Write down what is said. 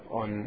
on